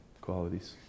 qualities